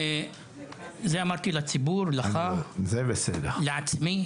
זה אמרתי לציבור, לך, לעצמי.